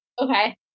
Okay